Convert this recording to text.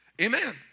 Amen